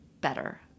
better